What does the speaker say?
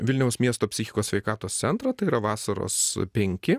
vilniaus miesto psichikos sveikatos centrą tai yra vasaros penki